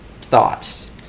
thoughts